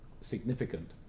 significant